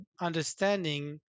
understanding